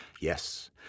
Yes